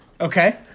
Okay